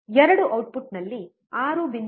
2 ಔಟ್ಪುಟ್ನಲ್ಲಿ 6